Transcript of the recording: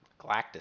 Galactus